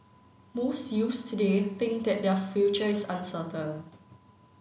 most youths today think that their future is uncertain